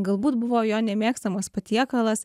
galbūt buvo jo nemėgstamas patiekalas